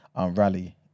rally